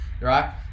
right